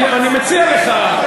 אני מציע לך,